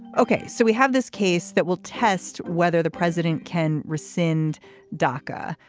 ok. so we have this case that will test whether the president can rescind dhaka.